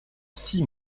six